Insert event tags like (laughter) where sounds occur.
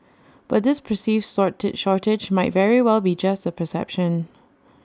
but this perceived (unintelligible) shortage might very well be just A perception